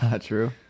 True